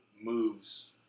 moves